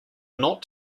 not